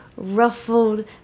ruffled